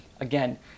again